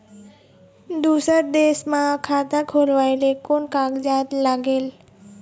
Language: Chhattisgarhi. दूसर देश मा खाता खोलवाए ले कोन कागजात लागेल?